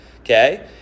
Okay